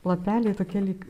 lapeliai tokie lyg